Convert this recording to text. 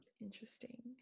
Interesting